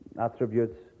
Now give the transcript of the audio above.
attributes